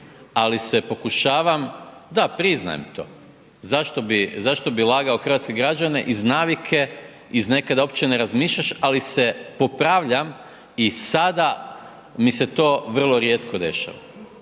ali se pokušavam, da, priznajem to. Zašto bi lagao hrvatske građane iz navike, nekad uopće ne razmišljaš, ali se popravljam i sada mi se to vrlo rijetko dešava,